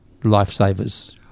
lifesavers